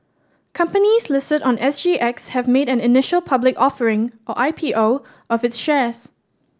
companies listed on S G X have made an initial public offering or I P O of its shares